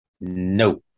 No